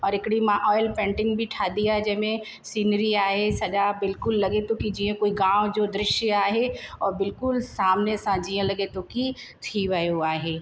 और हिकिड़ी मां ऑयल पेंटिंग बि ठाही आहे जंहिं में सीनरी आहे सॼा बिल्कुलु लॻे थो कि जीअं कोई गांव जो दृश्य आहे और बिल्कुलु सामने सां जीअं लॻे थो कि थी वियो आहे